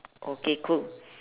okay cool